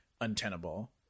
untenable